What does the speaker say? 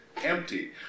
empty